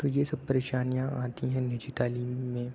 تو یہ سب پریشانیاں آتی ہیں نجی تعلیم میں